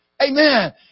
Amen